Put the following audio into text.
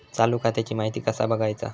चालू खात्याची माहिती कसा बगायचा?